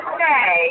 say